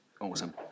Awesome